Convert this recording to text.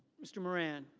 mr. moran.